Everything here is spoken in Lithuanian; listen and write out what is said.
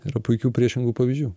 yra puikių priešingų pavyzdžių